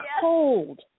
cold